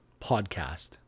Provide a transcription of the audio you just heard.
podcast